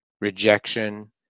rejection